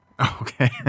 Okay